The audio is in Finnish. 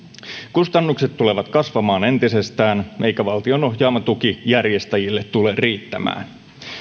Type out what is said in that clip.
kustannukset tulevat kasvamaan entisestään eikä valtion ohjaama tuki järjestäjille tule riittämään